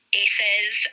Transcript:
aces